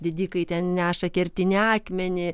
didikai ten neša kertinį akmenį